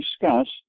discussed